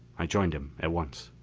i joined him at once.